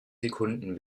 sekunden